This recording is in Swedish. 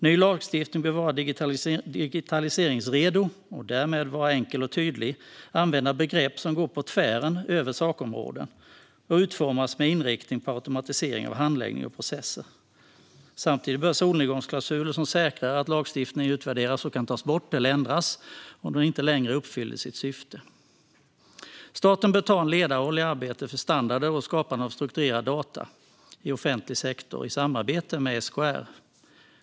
Ny lagstiftning bör vara digitaliseringsredo och därmed enkel och tydlig, använda begrepp som går på tvären över sakområden och utformas med inriktning på automatisering av handläggning och processer. Samtidigt bör det finnas solnedgångsklausuler som säkrar att lagstiftning utvärderas och kan tas bort eller ändras om den inte längre uppfyller sitt syfte. Staten bör ta en ledarroll i arbetet för standarder och skapandet av strukturerad data i svensk offentlig sektor i samarbete med SKR.